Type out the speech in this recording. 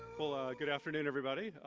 good afternoon everybody.